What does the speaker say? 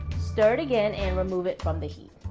stir it again and remove it from the heat.